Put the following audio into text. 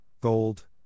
gold